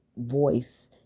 voice